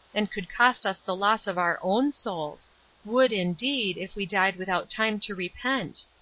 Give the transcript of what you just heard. and could cost us the loss of our own souls would, indeed, if we died without time to repent.